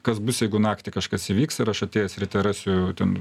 kas bus jeigu naktį kažkas įvyks ir aš atėjęs ryte rasiu ten